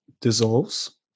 dissolves